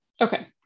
Okay